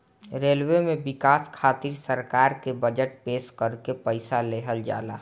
railway में बिकास खातिर सरकार के बजट पेश करके पईसा लेहल जाला